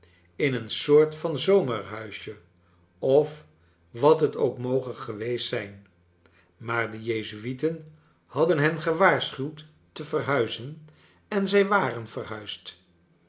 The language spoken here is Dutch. in een soort van zomerhuisje of wat het ook moge geweest zijn maar de jezuieten hadden hen gewaarschuwd te verhuizen en zij waren verhuisd